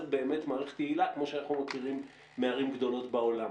באמת מערכת יעילה כמו שאנחנו מכירים מערים גדולות בעולם.